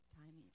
timing